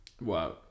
Wow